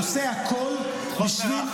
הרב עובדיה היה עושה הכול בשביל --- ההתנהלות,